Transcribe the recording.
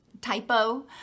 typo